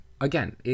again